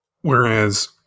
whereas